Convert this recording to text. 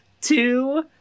two